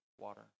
water